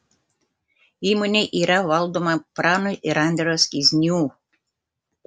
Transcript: įmonė yra valdoma prano ir andriaus kiznių